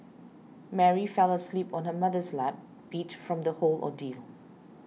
Mary fell asleep on her mother's lap beat from the whole ordeal